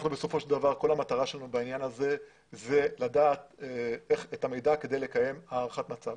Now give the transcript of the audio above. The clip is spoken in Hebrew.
כל המטרה שלנו בעניין הזה היא לדעת את המידע כדי לקיים הערכת מצב.